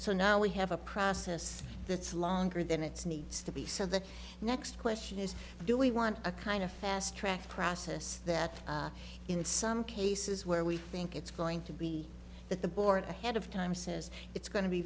so now we have a process that's longer than it's needs to be so the next question is do we want a kind of fast track process that in some cases where we think it's going to be that the board ahead of time says it's going to be